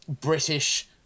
British